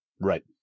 Right